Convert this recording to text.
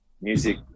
music